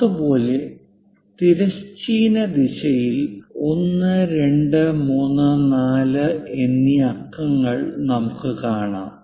അതുപോലെ തിരശ്ചീന ദിശയിൽ 1 2 3 4 എന്നീ അക്കങ്ങൾ നമുക്ക് കാണാം